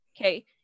Okay